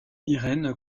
irène